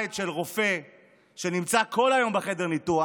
של רופא שנמצא כל היום בחדר הניתוח